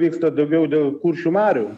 vyksta daugiau dėl kuršių marių